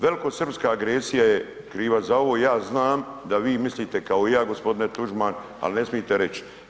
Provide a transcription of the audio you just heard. Velikosrpska agresija je kriva za ovo i ja znam da vi mislite kao i ja g. Tuđman ali ne smijete reći.